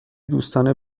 دوستانه